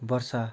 वर्षा